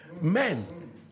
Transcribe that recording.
Men